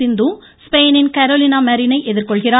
சிந்து ஸ்பெயினின் கரோலினா மரினை எதிர்கொள்கிறார்